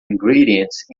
ingredients